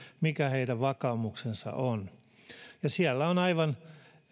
mikä heidän vakaumuksensa on siellä on aivan